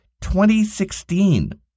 2016